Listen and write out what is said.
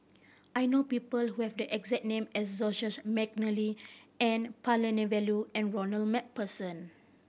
I know people who have the exact name as Joseph McNally N Palanivelu and Ronald Macpherson